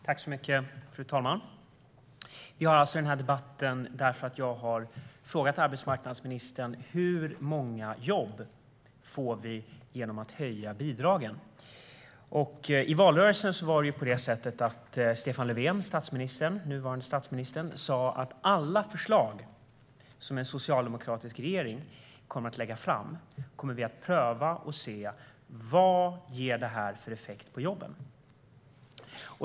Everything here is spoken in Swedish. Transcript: Fru talman! Vi har alltså den här debatten därför att jag har frågat arbetsmarknadsministern om hur många jobb vi får genom att höja bidragen. I valrörelsen sa Stefan Löfven, nuvarande statsminister, att alla förslag som en socialdemokratisk regering skulle komma att lägga fram skulle prövas för att se vad det gav för effekt på jobben.